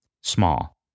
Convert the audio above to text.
Small